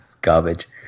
garbage